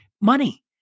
money